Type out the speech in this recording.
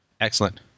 Excellent